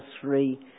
three